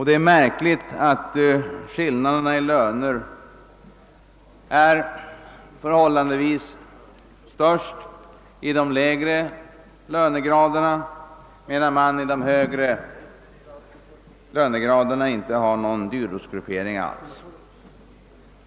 Det är märkligt att löneskillnaderna är förhållandevis störst i de lägre lönegraderna, medan det beträffande de högre lönegraderna inte finns någon dyrortsgruppering alls.